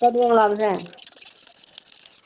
कदूं औना तुसें